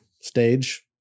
Stage